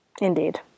Indeed